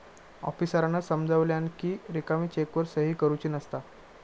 आफीसरांन समजावल्यानं कि रिकामी चेकवर सही करुची नसता